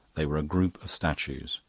they were a group of statues.